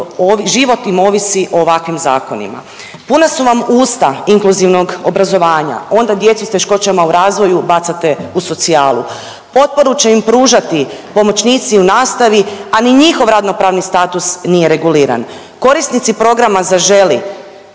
život im ovisi o ovakvim zakonima. Puna su vam usta inkluzivnog obrazovanja, onda djecu s teškoćama u razvoju bacate u socijalu. Potporu će im pružati pomoćnici u nastavi, a ni njihov radno-pravni status nije reguliran. Korisnici programa Zaželi